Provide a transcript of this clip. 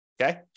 okay